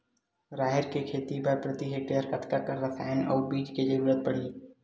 राहेर के खेती बर प्रति हेक्टेयर कतका कन रसायन अउ बीज के जरूरत पड़ही?